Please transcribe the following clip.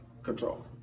control